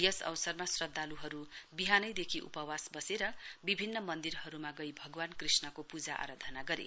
यस अवसरमा श्रद्धालुहरू बिहानैदेखि उपवास बसेर विभिन्न मन्दिरहरूमा गई भगवान कृष्णको पूजा आराधना गरे